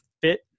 fit